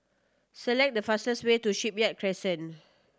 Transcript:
select the fastest way to Shipyard Crescent